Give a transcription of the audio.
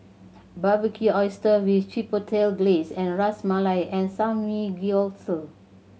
Barbecued Oyster with Chipotle Glaze Ras Malai and Samgyeopsal